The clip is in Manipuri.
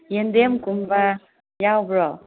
ꯌꯦꯟꯗꯦꯝꯒꯨꯝꯕ ꯌꯥꯎꯕ꯭ꯔꯣ